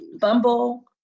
Bumble